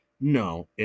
No